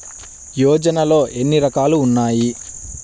యోజనలో ఏన్ని రకాలు ఉన్నాయి?